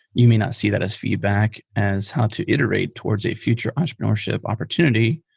you may not see that as feedback as how to iterate towards a future entrepreneurship opportunity.